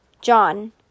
John